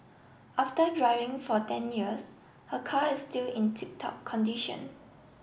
after driving for ten years her car is still in tip top condition